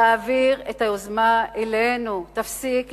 תעביר את היוזמה אלינו, תפסיק להיגרר.